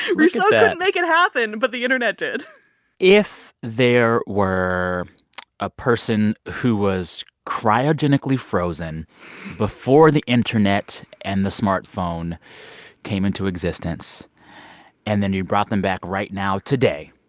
yeah rousseau couldn't make it happen, but the internet did if there were a person who was cryogenically frozen before the internet and the smartphone came into existence and then you brought them back right now today.